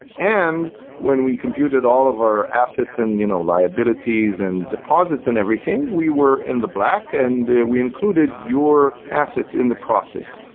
and when we computed all of our assets and you know liabilities and deposits and everything, we were in the black and we included your assets in the process.